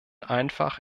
einfach